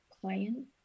client